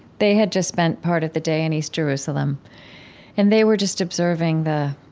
they had just spent part of the day in east jerusalem and they were just observing the